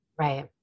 Right